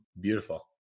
Beautiful